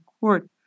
Court